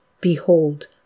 Behold